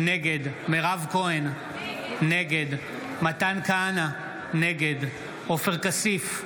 נגד מירב כהן, נגד מתן כהנא, נגד עופר כסיף,